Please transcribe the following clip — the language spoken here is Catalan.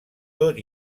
tot